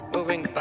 Moving